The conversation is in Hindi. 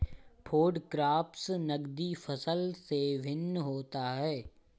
फूड क्रॉप्स नगदी फसल से भिन्न होता है